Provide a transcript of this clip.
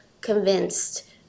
convinced